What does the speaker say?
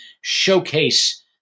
showcase